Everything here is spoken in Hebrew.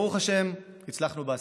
ברוך השם, הצלחנו בעסקים.